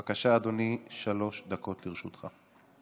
בבקשה, אדוני, שלוש דקות לרשותך.